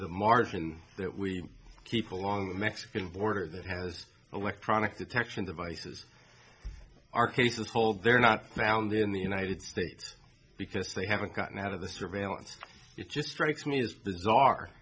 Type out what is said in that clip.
the margin that we keep along the mexican border that has electronic detection devices are cases hold they're not found in the united states because they haven't gotten out of the surveillance it just strikes me as bizarre